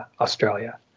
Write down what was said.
Australia